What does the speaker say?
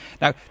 Now